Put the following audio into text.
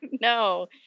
no